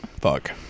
Fuck